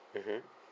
mmhmm